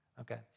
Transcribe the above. Okay